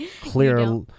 clear